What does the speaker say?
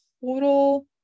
total